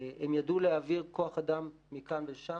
הם ידעו להעביר כוח אדם מכאן לשם.